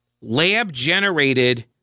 lab-generated